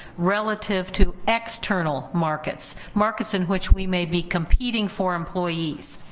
relative to external markets, markets in which we may be competing for employees.